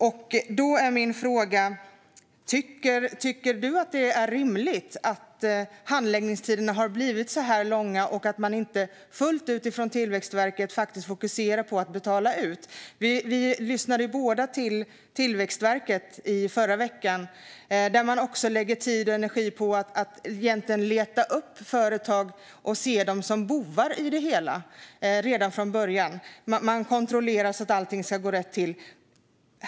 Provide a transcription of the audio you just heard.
Min fråga är: Tycker du, Anna-Caren Sätherberg, att det är rimligt att handläggningstiderna har blivit så här långa och att man från Tillväxtverket inte fullt ut fokuserar på att betala ut? Vi lyssnade ju båda till Tillväxtverket i förra veckan. Där lägger man också tid och energi på att leta upp företag och ser dem egentligen som bovar i det hela redan från början. Man kontrollerar så att allting ska gå rätt till.